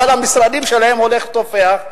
אבל המשרדים שלהם הולכים ותופחים,